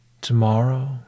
Tomorrow